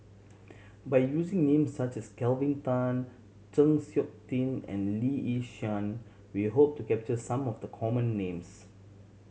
by using names such as Kelvin Tan Chng Seok Tin and Lee Yi Shyan we hope to capture some of the common names